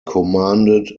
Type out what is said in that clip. commanded